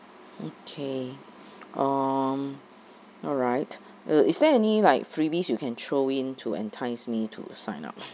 okay um alright uh is there any like freebies you can throw in to entice me to sign up